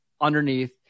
underneath